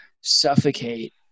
suffocate